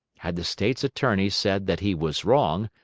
had the state's attorney said that he was wrong,